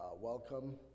Welcome